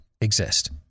exist